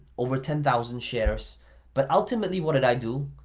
over ten thousand shares but ultimately, what did i do?